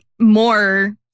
More